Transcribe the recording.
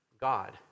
god